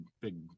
big